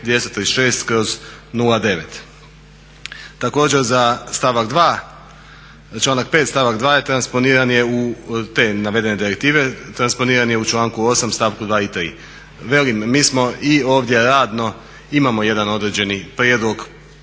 Također za članak 5. stavak 2. te navedene direktive, transponiran je u članku 8. stavku 2. i 3. Velim, mi smo i ovdje radno, imamo jedan određeni prijedlog